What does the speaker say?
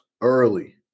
early